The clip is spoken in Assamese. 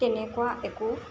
তেনেকুৱা একো